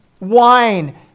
Wine